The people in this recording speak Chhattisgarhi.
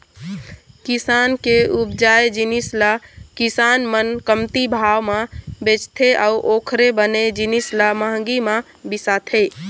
किसान के उपजाए जिनिस ल किसान मन कमती भाव म बेचथे अउ ओखरे बने जिनिस ल महंगी म बिसाथे